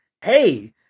hey